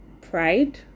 pride